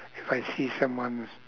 if I see someone's